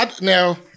Now